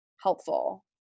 helpful